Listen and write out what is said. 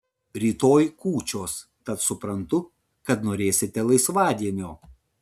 rytoj kūčios tad suprantu kad norėsite laisvadienio